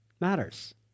matters